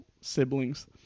siblings